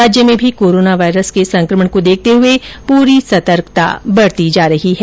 राज्य में भी कोरोना वायरस के संकमण को देखते हुए पूरी सतर्कता बरती जा रही है